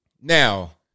Now